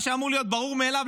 מה שאמור להיות ברור אליו,